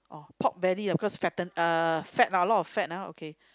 pork belly lah because fatten uh fat lah a lot of fat uh okay